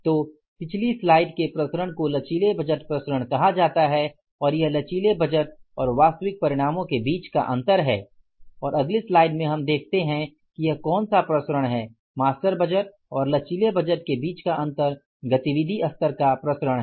तो पिछली स्लाइड के प्रसरण को लचीले बजट प्रसरण कहा जाता है और यह लचीले बजट और वास्तविक परिणामों के बीच का अंतर है और अगली स्लाइड में हम देखते हैं की यह कौन सा प्रसरण है मास्टर बजट और लचीले बजट के बीच का अंतर गतिविधि स्तर का प्रसरण है